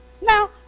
Now